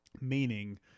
Meaning